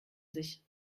sich